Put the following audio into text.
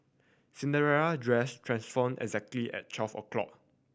Cinderella dress transformed exactly at twelve o'clock